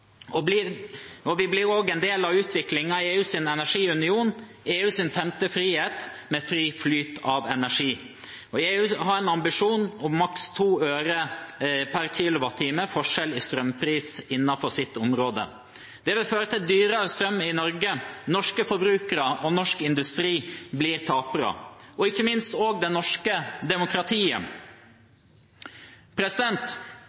Vi blir også en del av utviklingen i EUs energiunion, EUs 5. frihet, med fri flyt av energi. EU har en ambisjon om maks 2 øre per kWh i forskjell i strømpris innenfor sitt område. Det vil føre til dyrere strøm i Norge. Norske forbrukere og norsk industri blir tapere – og ikke minst også det norske demokratiet.